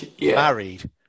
married